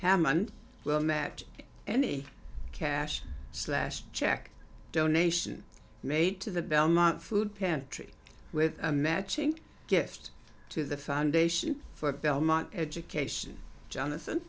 hammond well met any cash slash check donation made to the belmont food pantry with a matching gift to the foundation for belmont education jonathan